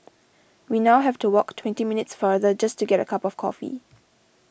we now have to walk twenty minutes farther just to get a cup of coffee